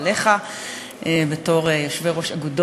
תמר, עומדות